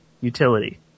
Utility